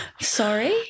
sorry